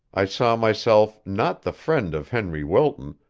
i saw myself not the friend of henry wilton,